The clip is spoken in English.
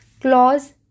Clause